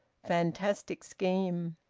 fantastic scheme,